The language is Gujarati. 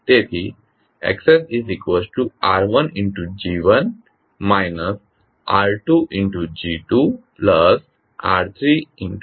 તેથી XR1G1 R2G2R3G3